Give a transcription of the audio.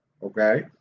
okay